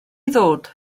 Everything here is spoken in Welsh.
ddod